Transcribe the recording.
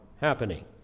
happening